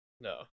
No